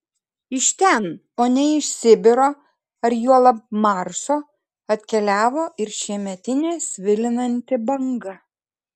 iš ten o ne iš sibiro ar juolab marso atkeliavo ir šiemetinė svilinanti banga